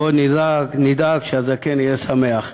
/ ועוד נדאג שהזקן יהיה שמח".